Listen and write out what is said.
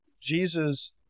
Jesus